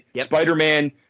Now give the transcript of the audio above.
Spider-Man